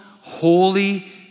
holy